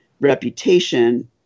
reputation